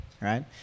right